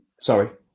Sorry